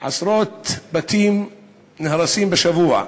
עשרות בתים נהרסים בשבוע,